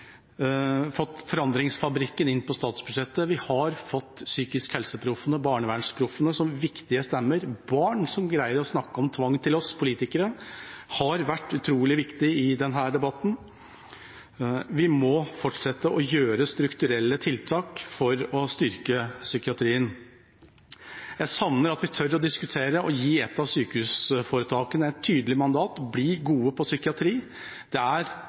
fått Forandringsfabrikken inn på statsbudsjettet, vi har fått PsykiskhelseProffene og BarnevernsProffene som viktige stemmer. Barn som greier å snakke om tvang til oss politikere, har vært utrolig viktig i denne debatten. Vi må fortsette å treffe strukturelle tiltak for å styrke psykiatrien. Jeg savner at vi tør å diskutere og gi et av sykehusforetakene et tydelig mandat: Bli gode på psykiatri. Det er